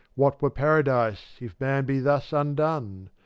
what were paradise if man be thus undone?